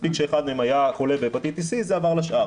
מספיק שאחד מהם היה חולה בהפטיטיס סי וזה עבר לשאר.